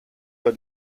für